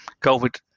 COVID